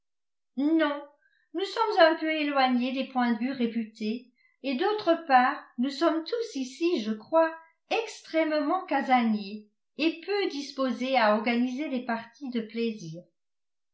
non nous sommes un peu éloignés des points de vue réputés et d'autre part nous sommes tous ici je crois extrêmement casaniers et peu disposés à organiser des parties de plaisir